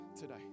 today